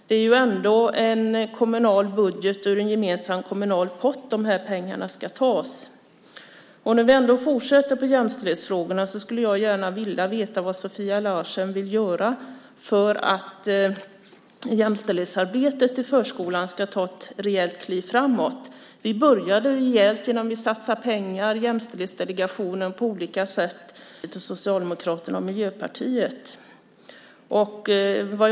Det är ju ändå från en kommunal budget, ur en gemensam kommunal pott, som de här pengarna ska tas. När vi ändå fortsätter med jämställdhetsfrågorna vill jag gärna fråga vad Sofia Larsen vill göra för att jämställdhetsarbetet i förskolan ska ta ett rejält kliv framåt. Vänsterpartiet, Socialdemokraterna och Miljöpartiet började rejält genom att satsa pengar. Jämställdhetsdelegationen jobbar på olika sätt för att stärka jämställdhetsarbetet i förskolan.